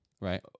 right